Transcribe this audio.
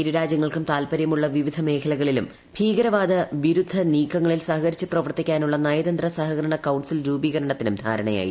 ഇരുരാജ്യങ്ങൾക്കും താൽപര്യമുള്ള വിവിധ മേഖലകളിലും ഭീകരവാദ വിരുദ്ധ നീക്കങ്ങളിൽ സഹകരിച്ച് പ്രവർത്തിക്കാനുള്ള നയതന്ത്ര സഹകരണ കൌൺസിൽ രൂപീകരണത്തിനും ധാരണയായി